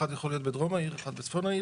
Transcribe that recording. אחד יכול להיות בדרום העיר, אחד בצפון העיר.